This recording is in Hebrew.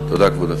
תודה, כבוד השר.